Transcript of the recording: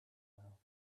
well